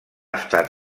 estat